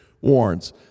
warns